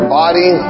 body